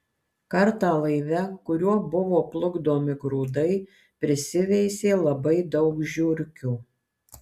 kartą laive kuriuo buvo plukdomi grūdai prisiveisė labai daug žiurkių